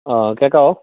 ആ കേൾക്കാമോ